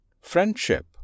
Friendship